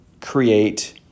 create